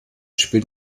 spielt